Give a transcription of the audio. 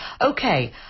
Okay